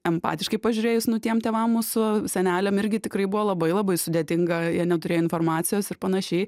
empatiškai pažiūrėjus nu tiem tėvam mūsų seneliam irgi tikrai buvo labai labai sudėtinga jie neturėjo informacijos ir panašiai